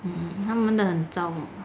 um 他们的很糟的